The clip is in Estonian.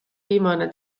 viimane